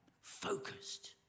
focused